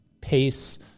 pace